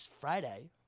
Friday